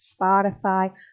Spotify